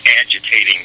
agitating